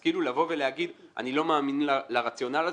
אז כאילו להגיד אני לא מאמין לרציונל הזה,